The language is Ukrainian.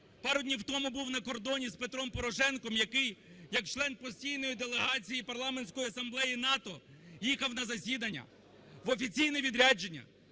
пару днів тому був на кордоні з Петром Порошенком, який як член постійної делегації Парламентської асамблеї НАТО, їхав на засідання, в офіційне відрядження,